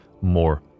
more